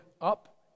up